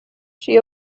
she